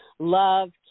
love